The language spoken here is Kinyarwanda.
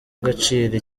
agaciro